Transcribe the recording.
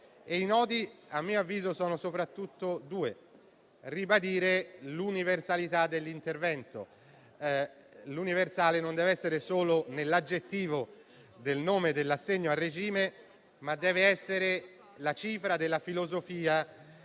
I nodi a mio avviso sono soprattutto due. Innanzitutto, ribadire l'universalità dell'intervento. Universale non deve essere solo l'aggettivo del nome dell'assegno a regime, ma deve essere la cifra della filosofia